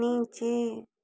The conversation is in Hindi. नीचे